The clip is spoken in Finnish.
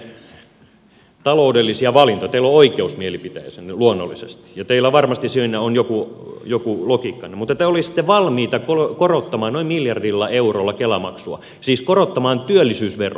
teillä on oikeus mielipiteeseenne luonnollisesti ja teillä varmasti siinä on jokin logiikka mutta te olisitte valmiita korottamaan noin miljardilla eurolla kela maksua siis korottamaan työllisyysveroa